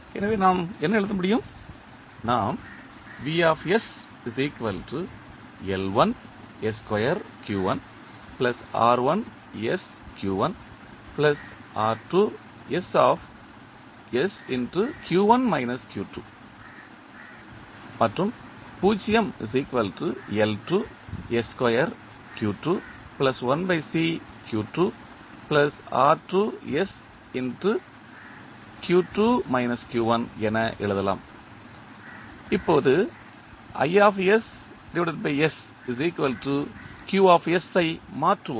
எனவே நாம் என்ன எழுத முடியும் நாம் என எழுதலாம் இப்போது ஐ மாற்றுவோம்